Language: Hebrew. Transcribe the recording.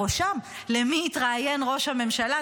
בראשן: למי יתראיין ראש הממשלה?